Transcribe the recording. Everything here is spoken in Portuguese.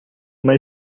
uma